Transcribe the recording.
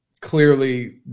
clearly